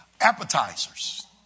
appetizers